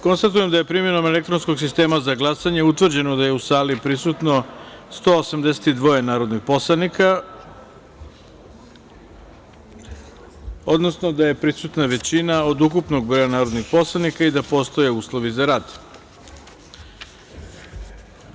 Konstatujem da je primenom elektronskom sistema za glasanje utvrđeno da je u sali prisutno 182 narodna poslanika, odnosno da je prisutna većina od ukupnog broja svih narodnih poslanika i da postoje uslovi za rad Narodne skupštine.